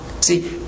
See